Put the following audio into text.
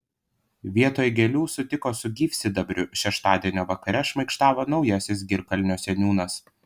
vietoj gėlių sutiko su gyvsidabriu šeštadienio vakare šmaikštavo naujasis girkalnio seniūnas